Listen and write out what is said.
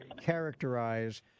characterize